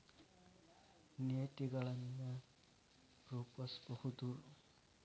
ನೇತಿಗಳನ್ ರೂಪಸ್ಬಹುದು